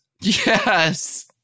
Yes